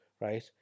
right